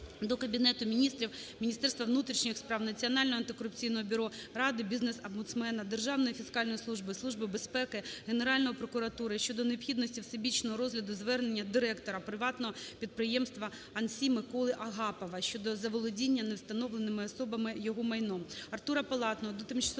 до Кабінету Міністрів, Міністерства внутрішніх справ, Національного антикорупційного бюро, Ради бізнес-омбудсмена, Державної фіскальної служби, Служби безпеки, Генеральної прокуратури щодо необхідності всебічного розгляду звернення директора приватного підприємства "АНСІ" Миколи Агапова щодо заволодіння невстановленими особами його майном.